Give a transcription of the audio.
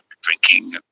drinking